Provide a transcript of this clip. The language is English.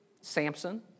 Samson